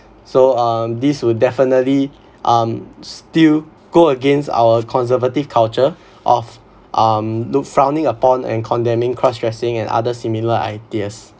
so um this will definitely um still go against our conservative culture of um look frowning upon and condemning cross-dressing and other similar ideas